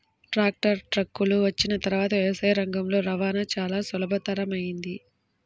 tractor, ట్రక్కులు వచ్చిన తర్వాత వ్యవసాయ రంగంలో రవాణా చాల సులభతరమైంది